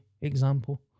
example